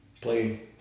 play